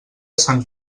sant